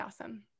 awesome